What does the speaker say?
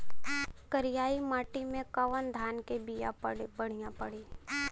करियाई माटी मे कवन धान के बिया बढ़ियां पड़ी?